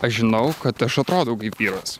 aš žinau kad aš atrodau kaip vyras